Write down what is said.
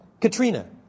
Katrina